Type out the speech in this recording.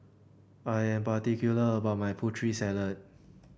I am particular about my Putri Salad